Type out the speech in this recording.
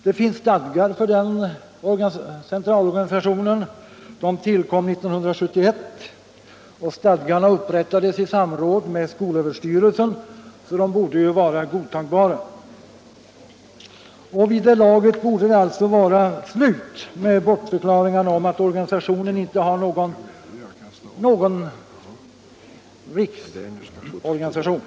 Det finns stadgar för den centrala organisationen. De tillkom 1971 och upprättades i samråd med skolöverstyrelsen, så att de borde vara godtagbara. Det borde därmed vara slut med bortförklaringarna om att det här inte är fråga om en riksorganisation.